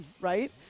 right